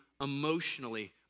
emotionally